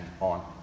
on